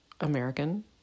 American